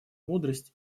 мудрость